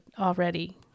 already